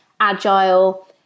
agile